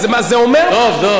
אז זה אומר משהו.